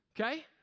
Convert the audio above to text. Okay